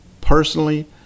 Personally